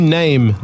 name